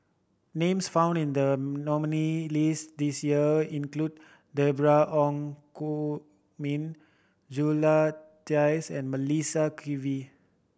names found in the nominee' list this year include Deborah Ong Gu Min Jula and Melissa Kwee